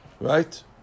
Right